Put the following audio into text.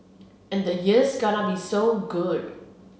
and the year's gonna be so good